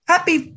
Happy